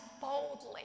boldly